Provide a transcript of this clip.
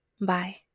bye